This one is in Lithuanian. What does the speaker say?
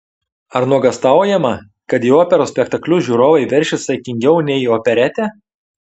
ar nuogąstaujama kad į operos spektaklius žiūrovai veršis saikingiau nei į operetę